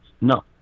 no